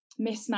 mismatch